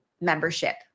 membership